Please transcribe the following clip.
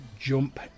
jump